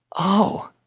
oh,